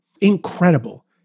incredible